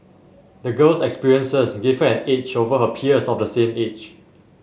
the girl's experiences gave her an edge over her peers of the same age